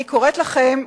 אני קוראת לכם,